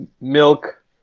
milk